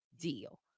deal